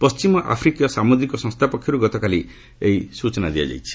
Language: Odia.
ପଣ୍ଠିମ ଆଫ୍ରିକୀୟ ସାମୁଦ୍ରିକ ସଂସ୍ଥା ପକ୍ଷରୁ ଗତକାଲି ଏହି ସ୍ଟଚନା ମିଳିଛି